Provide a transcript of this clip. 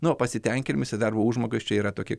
nu o pasitenkinimas ir darbo užmokesčiai yra tokie